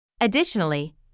Additionally